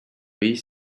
oui